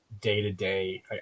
day-to-day